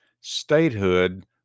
Statehood